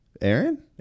Aaron